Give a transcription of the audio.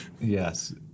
Yes